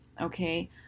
okay